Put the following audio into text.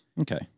okay